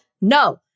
No